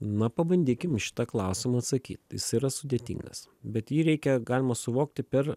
na pabandykim į šitą klausimą atsakyt jis yra sudėtingas bet jį reikia galima suvokti per